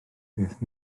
beth